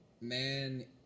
man